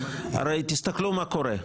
תסתכלו מה קורה.